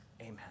Amen